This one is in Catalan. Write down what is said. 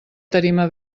tarima